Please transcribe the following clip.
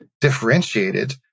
differentiated